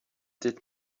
did